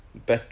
她有